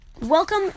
welcome